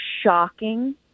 shocking